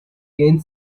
gain